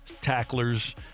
tacklers